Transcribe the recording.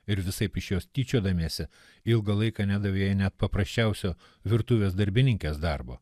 ir visaip iš jos tyčiodamiesi ilgą laiką nedavė jai net paprasčiausio virtuvės darbininkės darbo